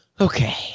Okay